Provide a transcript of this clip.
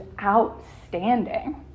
outstanding